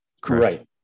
correct